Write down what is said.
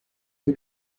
who